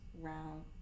round